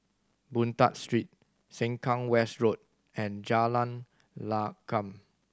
Boon Tat Street Sengkang West Road and Jalan Lakum